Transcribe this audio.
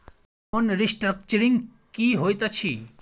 Loan restructuring की होइत अछि?